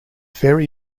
very